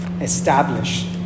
Establish